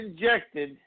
injected